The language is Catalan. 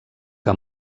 que